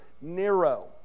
Nero